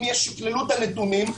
אם ישקללו את הנתונים,